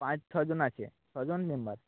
পাঁচ ছজন আছে ছজন মেম্বার